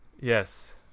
Yes